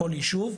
כל יישוב,